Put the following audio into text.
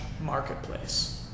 marketplace